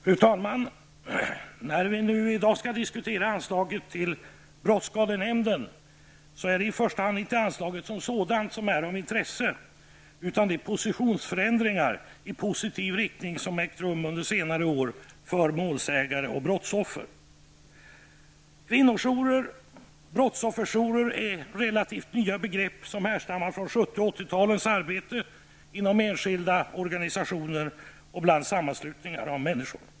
Fru talman! När vi nu i dag skall diskutera anslaget till brottsskadenämnden är det i första hand inte anslaget som sådant som är av intresse utan de positionsförändringar i positiv riktning för brottsoffer och målsägare som ägt rum under senare år. Kvinnojourer och brottsofferjourer är relativt nya begrepp som härstammar från 70 och 80-talets arbete inom enskilda organisationer och sammanslutningar av människor.